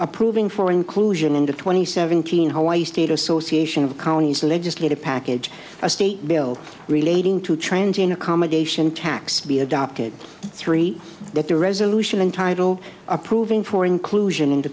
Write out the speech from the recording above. approving for inclusion in the twenty seven thousand hawaii state association of counties legislative package a state bill relating to changing accommodation tax be adopted three that the resolution entitled approving for inclusion in